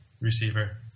receiver